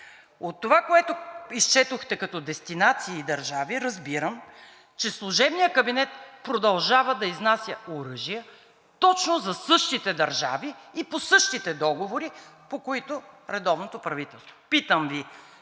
от това, което изчетохте като дестинации и държави, разбирам, че служебният кабинет продължава да изнася оръжия точно за същите държави и по същите договори, по които редовното правителство. Питам Ви: